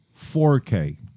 4K